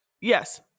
Yes